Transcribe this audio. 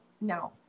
no